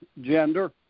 gender